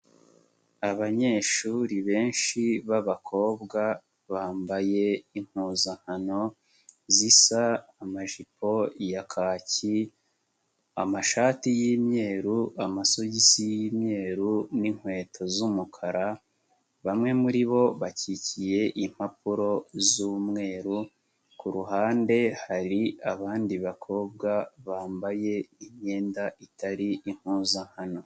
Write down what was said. Abanyeshuri benshi b'abakobwa bambaye impuzankano zisa, amajipo ya kaki, amashati y'imyeru, amasogisi y'imyeruru n'inkweto z'umukara, bamwe muri bo bakikiye impapuro z'umweru, ku ruhande hari abandi bakobwa bambaye imyenda itari impuzankano.